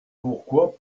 pourquoi